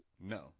No